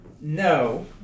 no